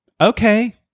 Okay